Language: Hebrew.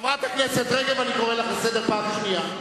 חברת הכנסת רגב, אני קורא לך לסדר פעם שנייה.